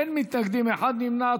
אין מתנגדים, אחד נמנע.